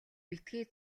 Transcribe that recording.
битгий